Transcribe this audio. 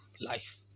life